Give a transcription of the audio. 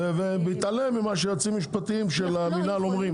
בהתעלם ממה שיועצים משפטיים של המינהל אומרים.